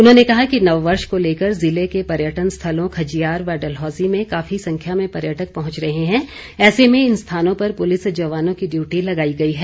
उन्होंने कहा कि नववर्ष को लेकर जिले के पर्यटन स्थलों खजियार व डलहौजी में काफी संख्या में पर्यटक पहुंच रहे हैं ऐसे में इन स्थानों पर पुलिस जवानों की ड्यूटी लगाई गई है